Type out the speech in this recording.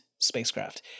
spacecraft